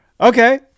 Okay